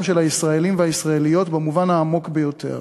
של הישראלים והישראליות במובן העמוק ביותר.